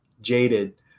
jaded